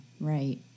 Right